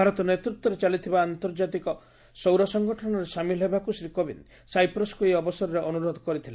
ଭାରତ ନେତୃତ୍ୱରେ ଚାଲିଥିବା ଆନ୍ତର୍ଜାତିକ ସୌର ସଂଗଠନରେ ସାମିଲ ହେବାକୁ ଶ୍ରୀ କୋବିନ୍ଦ ସାଇପ୍ରସ୍କୁ ଏହି ଅବସରରେ ଅନୁରୋଧ କରିଥିଲେ